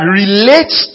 relates